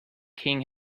king